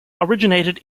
originated